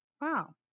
wow